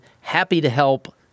happy-to-help